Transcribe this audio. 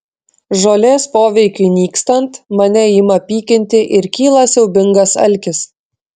žolės poveikiui nykstant mane ima pykinti ir kyla siaubingas alkis